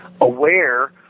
aware